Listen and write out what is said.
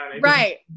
Right